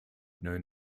known